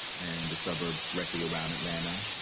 and the suburbs directly around atlanta.